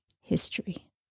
history